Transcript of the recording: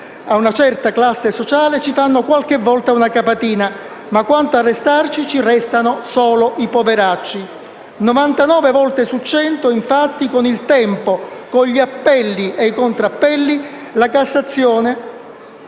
a una certa classe sociale ci fanno qualche volta una capatina, ma quanto a restarci ci restano solo i poveracci (...) Novantanove volte su cento, infatti, con il tempo, con gli appelli, i contrappelli e la Cassazione,